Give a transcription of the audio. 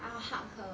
I will hug her